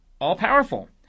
all-powerful